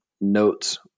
notes